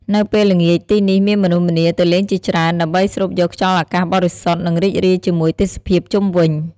នៅពេលល្ងាច ទីនេះមានមនុស្សម្នាទៅលេងជាច្រើន ដើម្បីស្រូបយកខ្យល់អាកាសបរិសុទ្ធ និងរីករាយជាមួយទេសភាពជុំវិញ។